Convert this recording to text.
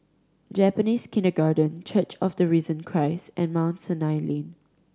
Japanese Kindergarten Church of the Risen Christ and Mount Sinai Lane